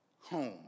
home